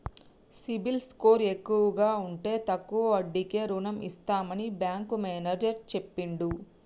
CIBIL score ఎక్కువ ఉంటే తక్కువ వడ్డీకే రుణం ఇస్తామని బ్యాంకు మేనేజర్ చెప్పిండు